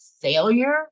failure